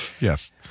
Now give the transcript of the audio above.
Yes